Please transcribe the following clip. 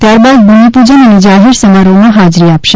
ત્યારબાદ ભૂમિપૂજન અને જાહેર સમારોહમાં હાજરી આપશે